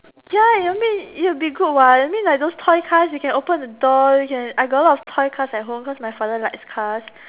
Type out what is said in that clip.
ya you mean it will be good what that mean like those toy car you can open the door you can I got a lot of toy cars at home because my father likes car